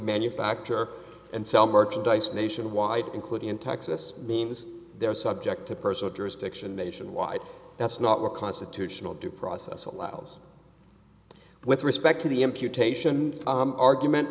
manufacture and sell merchandise nationwide including in texas means they're subject to personal jurisdiction nationwide that's not where constitutional due process allows with respect to the imputation argument